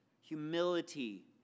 humility